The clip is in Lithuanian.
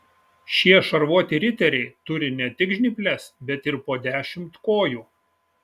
šie šarvuoti riteriai turi ne tik žnyples bet ir po dešimt kojų